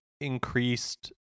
increased